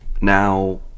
now